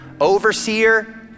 overseer